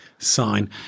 Sign